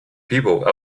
people